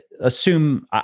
assume